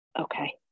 Okay